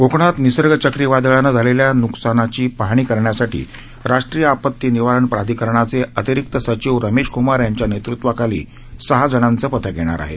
कोकणात निसर्ग चक्रीवादळानं झालेल्या नुकसानाची पाहणी करण्यासाठी राष्ट्रीय आपती निवारण प्राधिकरणाचे अतिरिक्त सचिव रमेश कुमार यांच्या नेतृत्वाखाली सहा जणांचं पथक येणार आहे